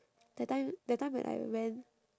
that time that time when I went